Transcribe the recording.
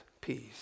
Peace